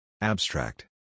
Abstract